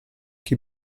chi